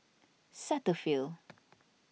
Cetaphil